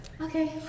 okay